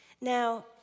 Now